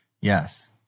Yes